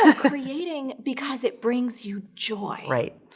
ah creating because it brings you joy. right,